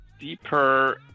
deeper